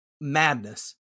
Madness